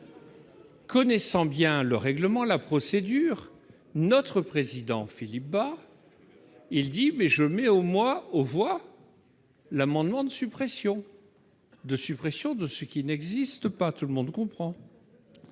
Connaissant bien le règlement, la procédure, notre président, Philippe Bas, il dit mais je mets au mois aux voix l'amendement de suppression de suppression de ce qui n'existe pas, tout le monde comprend et